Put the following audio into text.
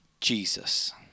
Jesus